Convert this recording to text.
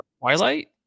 Twilight